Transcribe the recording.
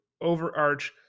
overarch